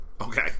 Okay